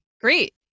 Great